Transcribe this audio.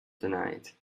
tonight